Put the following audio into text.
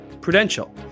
Prudential